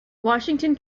washington